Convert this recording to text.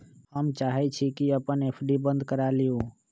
हम चाहई छी कि अपन एफ.डी बंद करा लिउ